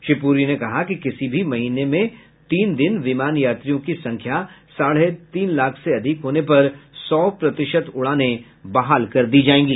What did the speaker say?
श्री पुरी ने कहा कि किसी भी महीने में तीन दिन विमान यात्रियों की संख्या साढ़े तीन लाख से अधिक होने पर सौ प्रतिशत उड़ानें बहाल कर दी जाएंगी